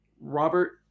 Robert